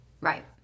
Right